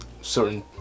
certain